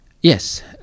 Yes